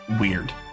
weird